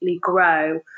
grow